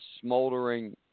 smoldering